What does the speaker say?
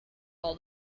all